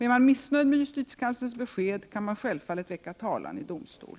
Är man missnöjd med justitiekanslerns besked, kan man självfallet väcka talan i domstol.